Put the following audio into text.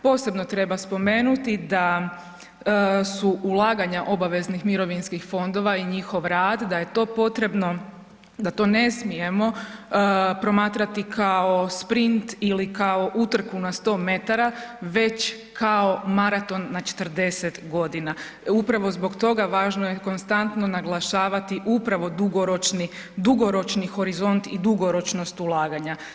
Posebno treba spomenuti da su ulaganja obaveznih mirovinskih fondova i njihov rad da je to potrebno, da to ne smijemo promatrati kao sprint ili kao utrku na 100 metara već kao maraton na 40.g. Upravo zbog toga važno je konstantno naglašavati upravo dugoročni, dugoročni horizont i dugoročnost ulaganja.